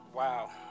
Wow